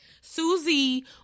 Susie